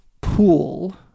pool